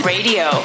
Radio